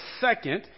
second